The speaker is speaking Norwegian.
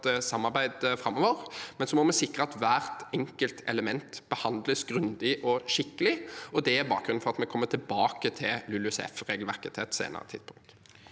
samarbeid framover, men vi må sikre at hvert enkelt element behandles grundig og skikkelig. Det er bakgrunnen for at vi kommer tilbake til LULUCF-regelverket på et senere tidspunkt.